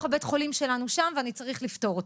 בית החולים שלנו שם ואני צריך לפתור אותו.